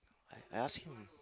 I ask him